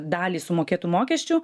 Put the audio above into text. dalį sumokėtų mokesčių